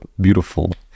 beautiful